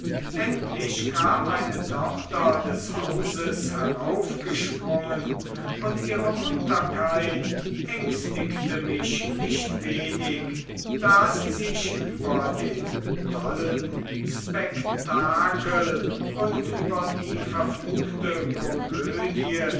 endlich kam eine tochter des hauses heraufgesprungen und ihre munterkeit ängstigte mich nicht wenig da sie sich über den tollen spektakel und über die verfluchte komödie